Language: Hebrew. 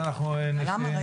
למה?